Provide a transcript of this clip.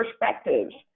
perspectives